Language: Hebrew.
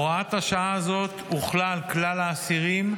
הוראת השעה הזאת הוחלה על כלל האסירים,